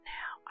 Now